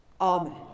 Amen